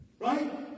Right